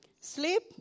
Sleep